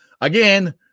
again